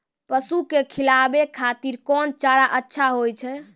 पसु के खिलाबै खातिर कोन चारा अच्छा होय छै?